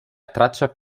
traccia